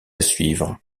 suivre